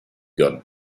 got